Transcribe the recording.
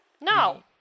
No